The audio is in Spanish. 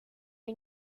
hay